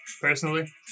personally